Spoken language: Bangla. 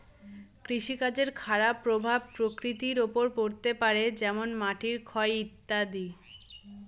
কৃষিকাজের খারাপ প্রভাব প্রকৃতির ওপর পড়তে পারে যেমন মাটির ক্ষয় ইত্যাদি